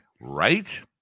Right